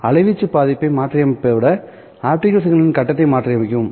அலைவீச்சு பாதிப்பை மாற்றியமைப்பதை விட ஆப்டிகல் சிக்னலின் கட்டத்தை மாற்றியமைக்கவும்